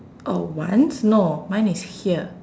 oh once no mine is here